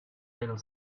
little